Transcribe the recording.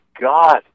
god